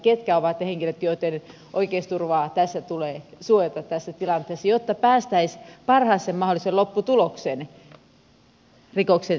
ketkä ovat ne henkilöt joitten oikeusturvaa tulee suojata tässä tilanteessa jotta päästäisiin parhaaseen mahdolliseen lopputulokseen rikoksen selvittämiseksi